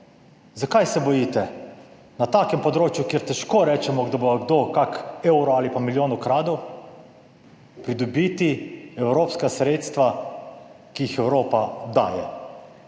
Zakaj se bojite na takem področju, kjer težko rečemo, da bo kdo kak evro ali pa milijon ukradel. Pridobiti evropska sredstva, ki jih Evropa daje.